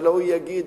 הלוא הוא יגיד,